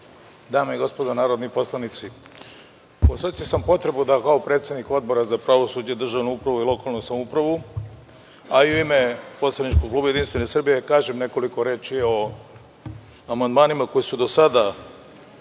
dame i gospodo narodni poslanici, osetio sam potrebu da kao predsednik Odbora za pravosuđe, državnu upravu i lokalnu samoupravu, a i u ime poslaničkog kluba Jedinstvena Srbija kažem nekoliko reči o amandmanima koji su do sada